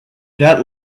that